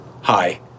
Hi